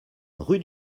rue